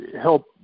help